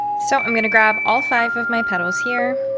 so i'm going to grab all five of my petals here.